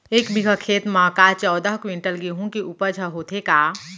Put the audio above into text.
एक बीघा खेत म का चौदह क्विंटल गेहूँ के उपज ह होथे का?